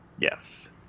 Yes